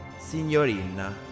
signorina